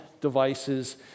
devices